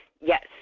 yes